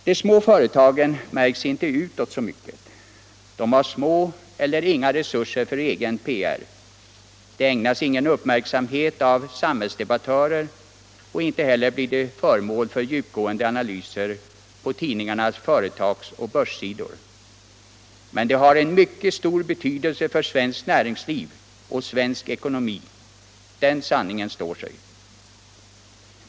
De små företagen märks inte utåt så mycket. De har små eller inga resurser för egen PR, de ägnas ingen uppmärksamhet av samhällsdebattörer, och inte heller blir de föremål för djupgående analyser på tidningarnas företags och börssidor. Men de har en mycket stor betydelse för svenskt näringsliv och svensk ekonomi =— den sanningen står sig.